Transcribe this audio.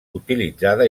utilitzada